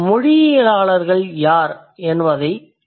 மொழியியலாளர்கள் யார் என்பதைக் கண்டோம்